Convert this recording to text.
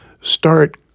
start